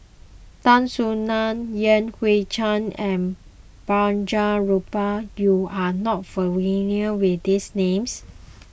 Tan Soo Nan Yan Hui Chang and Balraj Gopal you are not familiar with these names